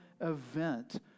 event